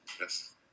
Yes